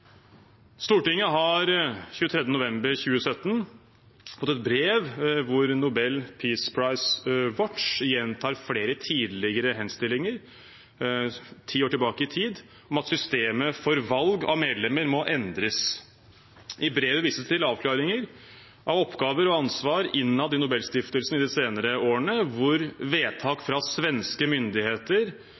Stortinget har 23. oktober 2017 fått et brev hvor Nobel Peace Prize Watch gjentar flere tidligere henstillinger, fra ti år tilbake i tid, om at systemet for valg av medlemmer må endres. I brevet vises det til avklaringer av oppgaver og ansvar innad i Nobelstiftelsen i de senere årene, hvor vedtak fra svenske myndigheter